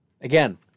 Again